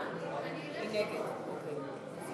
קטין שביצע מעשה